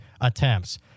attempts